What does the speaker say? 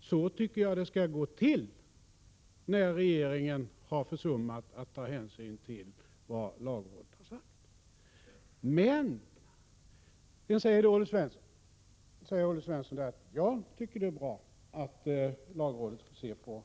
Så tycker jag att det skall gå till, när regeringen har försummat att ta hänsyn till vad lagrådet sagt. Sedan säger Olle Svensson att han tycker att det är bra att lagrådet får se på — Prot.